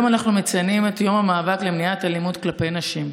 היום אנחנו מציינים את יום המאבק למניעת אלימות כלפי נשים.